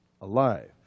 alive